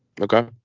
Okay